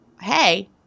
hey